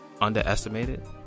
underestimated